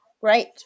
Great